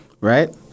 Right